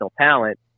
talent